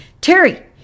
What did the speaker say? Terry